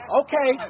okay